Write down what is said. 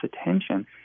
attention